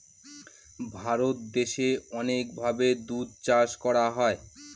ভারত দেশে অনেক ভাবে দুধ চাষ করা হয়